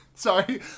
Sorry